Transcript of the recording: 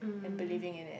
and believing in it